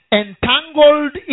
entangled